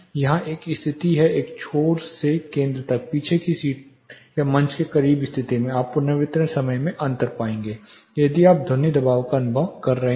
यहां एक स्थिति में एक छोर स केंद्र तक पीछे की सीट पर या मंच के करीब की स्थिति में आप पुनर्वितरण के समय में अंतर पाएंगे यदि आप ध्वनि दबाव का अनुभव कर रहे हैं